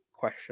question